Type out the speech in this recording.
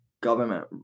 government